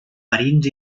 verins